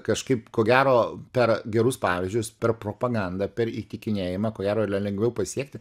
kažkaip ko gero per gerus pavyzdžius per propagandą per įtikinėjimą ko gero yra lengviau pasiekti